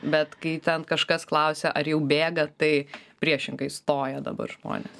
bet kai ten kažkas klausia ar jau bėga tai priešingai stoja dabar žmonės